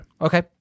Okay